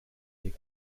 pig